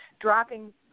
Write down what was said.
dropping